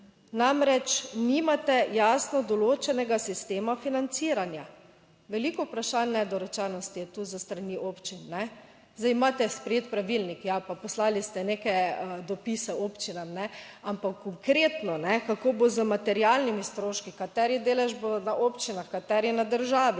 Namreč, nimate jasno določenega sistema financiranja. Veliko vprašanj, nedorečenosti je tu s strani občin. Zdaj imate sprejet pravilnik, ja, pa poslali ste neke dopise občinam. Ampak konkretno, kako bo z materialnimi stroški, kateri delež bo na občinah, kateri na državi,